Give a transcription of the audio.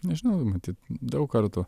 nežinau matyt daug kartų